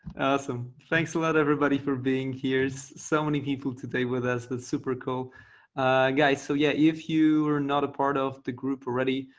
awesome, thanks a lot, everybody for being here. there's so many people today with us. that's super cool guys. so yeah, if you are not a part of the group already,